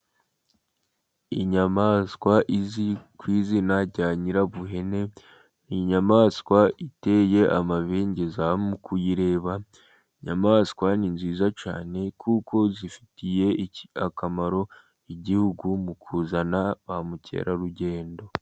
Inyamaswa izwi ku izina rya Nyirabuhene ni inyamaswa iteye amabengeza . Mu kuyireba, ni inyamaswa nziza cyane , kuko ifitiye akamaro igihugu mu kuzana ba mukerarugendo.